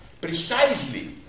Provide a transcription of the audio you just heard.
Precisely